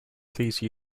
please